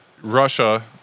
Russia